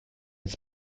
its